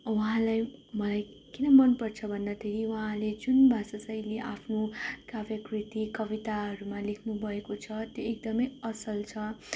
उहाँलाई मलाई किन मनपर्छ भन्दाखेरि उहाँले जुन भाषाशैली आफ्नो काव्य कृति कविताहरूमा लेख्नु भएको छ त्यो एकदमै असल छ